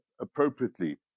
appropriately